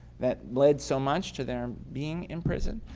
that lead so much to their being in prison,